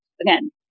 Again